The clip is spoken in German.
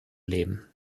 leben